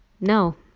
No